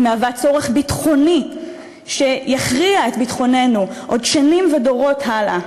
היא מהווה צורך ביטחוני שיכריע את ביטחוננו עוד שנים ודורות הלאה.